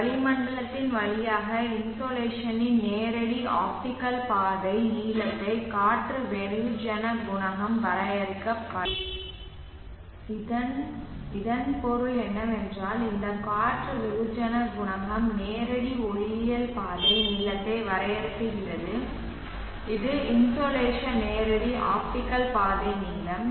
வளிமண்டலத்தின் வழியாக இன்சோலேஷனின் நேரடி ஆப்டிகல் பாதை நீளத்தை காற்று வெகுஜன குணகம் வரையறுக்கிறது இதன் பொருள் என்னவென்றால் இந்த காற்று வெகுஜன குணகம் நேரடி ஒளியியல் பாதை நீளத்தை வரையறுக்கிறது இது இன்சோலேஷனின் நேரடி ஆப்டிகல் பாதை நீளம்